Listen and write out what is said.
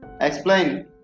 explain